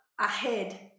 ahead